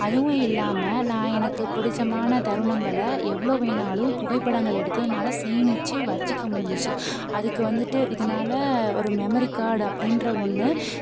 அதுவும் இல்லாமல் நான் எனக்கு பிடிச்சமான தருணங்களை எவ்வளோ வேணாலும் புகைப்படங்கள் எடுத்து என்னால் சேமிச்சு வச்சுக்க முடிஞ்சுச்சி அதுக்கு வந்துட்டு இதனாலே ஒரு மெமரி கார்ட் அப்படின்ற ஒன்று